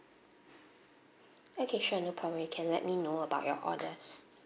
okay sure no problem you can let me know about your orders